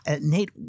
Nate